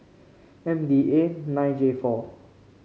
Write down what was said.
M D A nine J four